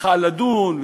שצריכה לדון.